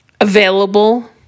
available